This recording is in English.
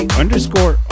underscore